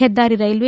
ಹೆದ್ದಾರಿ ರೈಲ್ವೆ